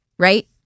right